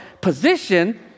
position